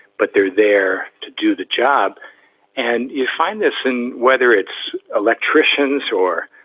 but they're there to do the job and you find this and whether it's electricians or,